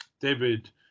david